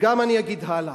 ואני גם אגיד הלאה,